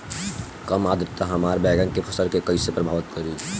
कम आद्रता हमार बैगन के फसल के कइसे प्रभावित करी?